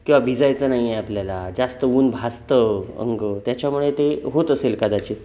किंवा भिजायचं नाही आहे आपल्याला जास्त ऊन भाजतं अंग त्याच्यामुळे ते होत असेल कदाचित